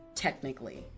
Technically